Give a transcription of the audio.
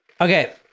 Okay